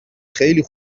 خیلی